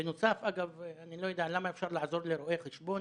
בנוסף, אני לא יודע למה אפשר לעזור לרואי חשבון